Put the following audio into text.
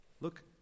look